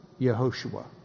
Yehoshua